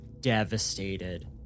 devastated